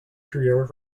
career